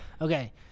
okay